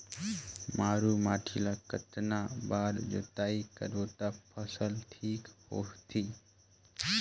मारू माटी ला कतना बार जुताई करबो ता फसल ठीक होती?